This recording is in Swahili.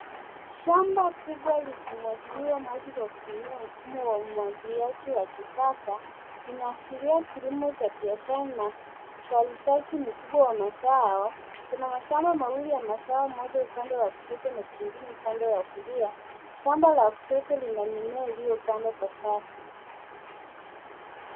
Shamba kubwa likimwagiliwa maji kwa kutumia mfumo wa umwagiliaji wa kisasa. Inaashiria kilimo cha biashara na uzalishaji mkubwa wa mazao. Kuna mashamba mawili ya mazao moja upande wa kushoto na jingine upande wa kulia. Shamba la kushoto lina mimea iliyopandwa kwa safu.